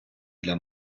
для